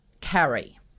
carry